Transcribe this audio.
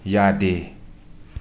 ꯌꯥꯗꯦ